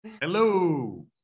Hello